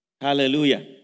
Hallelujah